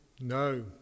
No